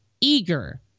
eager